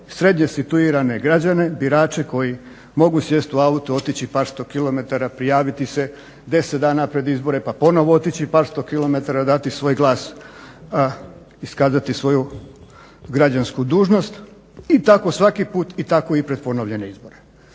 srednje situirane građane, birače koji mogu sjest u auto, otići par 100 km, prijaviti se deset dana pred izbore, pa ponovo otići par 100 km dati svoj glas, iskazati svoju građansku dužnosti i tako svaki put i tako i pred ponovljene izbore.